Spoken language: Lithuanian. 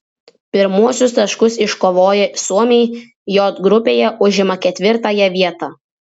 pirmuosius taškus iškovoję suomiai j grupėje užima ketvirtąją vietą